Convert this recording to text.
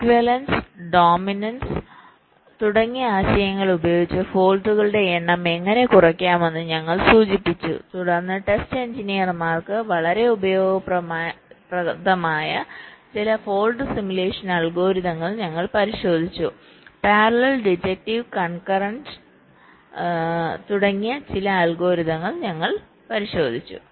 equivalence dominance തുടങ്ങിയ ആശയങ്ങൾ ഉപയോഗിച്ച് ഫോൾട്കളുടെ എണ്ണം എങ്ങനെ കുറയ്ക്കാമെന്ന് ഞങ്ങൾ സൂചിപ്പിച്ചു തുടർന്ന് ടെസ്റ്റ് എഞ്ചിനീയർമാർക്ക് വളരെ ഉപയോഗപ്രദമായ ചില ഫോൾട്സിമുലേഷൻ അൽഗോരിതങ്ങൾfaults simulation algorithms ഞങ്ങൾ പരിശോധിച്ചു പാരലൽ ഡിഡക്ടിവ് കൺകറന്റ് തുടങ്ങിയ ചില അൽഗോരിതങ്ങൾ ഞങ്ങൾ പരിശോധിച്ചു